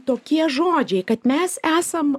tokie žodžiai kad mes esam